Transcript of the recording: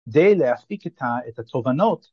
‫די להפיק איתה את התובנות.